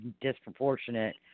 disproportionate